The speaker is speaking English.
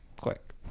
quick